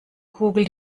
kugel